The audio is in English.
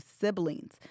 siblings